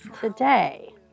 today